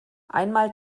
einmal